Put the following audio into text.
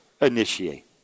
initiate